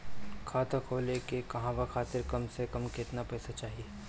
खाता खोले के कहवा खातिर कम से कम केतना पइसा चाहीं?